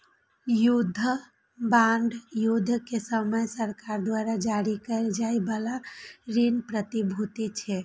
युद्ध बांड युद्ध के समय सरकार द्वारा जारी कैल जाइ बला ऋण प्रतिभूति छियै